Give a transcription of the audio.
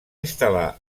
instal·lar